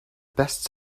best